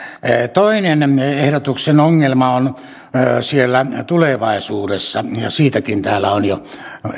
toinen ehdotuksen ongelma on siellä tulevaisuudessa ja siitäkin täällä on jo